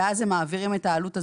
ואז הם מעבירים את העלות הזאת,